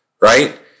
Right